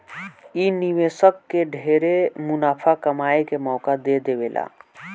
इ निवेशक के ढेरे मुनाफा कमाए के मौका दे देवेला